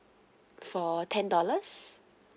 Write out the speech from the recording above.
for ten dollars